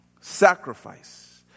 Sacrifice